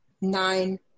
nine